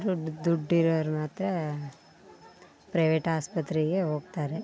ದುಡ್ಡು ದುಡ್ಡಿರೋರು ಮತ್ತು ಪ್ರೈವೇಟ್ ಆಸ್ಪತ್ರೆಗೇ ಹೋಗ್ತಾರೆ